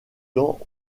temps